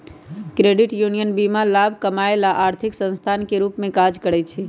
credit union बीना लाभ कमायब ला आर्थिक संस्थान के रूप में काज़ करइ छै